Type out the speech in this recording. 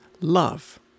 love